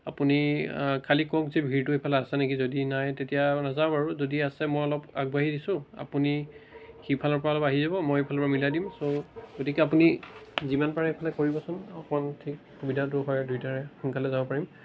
আপুনি খালী কওক যে ভীৰটো এইফালে আছে নেকি যদি নাই তেতিয়া মই নাযাওঁ বাৰু যদি আছে মই অলপ আগবাঢ়ি দিছোঁ আপুনি সিফালৰপৰা অলপ আহি যাব মই এইফালৰপৰা মিলাই দিম চ' গতিকে আপুনি যিমান পাৰে এইফালে কৰিবচোন অকণমান ঠিক সুবিধাটো হয় আৰু দুয়োটাৰে সোনকালে যাব পাৰিম